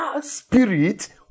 spirit